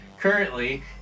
currently